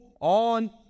on